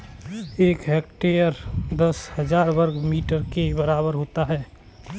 एक हेक्टेयर दस हजार वर्ग मीटर के बराबर होता है